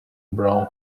brown